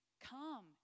come